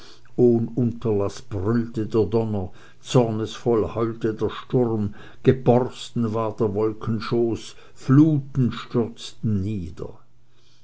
der donner zornesvoll heulte der sturm geborsten war der wolken schoß fluten stürzten nieder